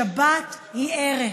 שבת היא ערך.